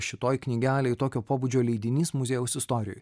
šitoj knygelėj tokio pobūdžio leidinys muziejaus istorijoj